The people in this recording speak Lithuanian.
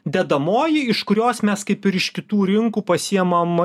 dedamoji iš kurios mes kaip ir iš kitų rinkų pasiėmam